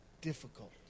difficult